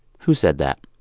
who said that?